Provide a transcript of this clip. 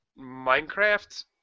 Minecraft